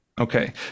Okay